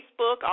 Facebook